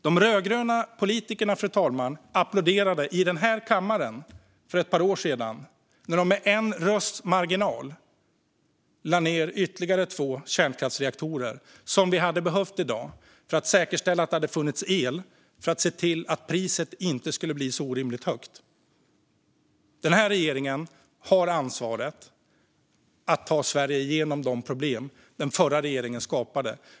De rödgröna politikerna applåderade här i kammaren för ett par år sedan när de med en rösts marginal lade ned ytterligare två kärnkraftsreaktorer som vi hade behövt i dag för att säkerställa att det finns el så att priset inte skulle bli så orimligt högt. Den nya regeringen har ansvaret att ta Sverige igenom de problem som den förra regeringen skapade.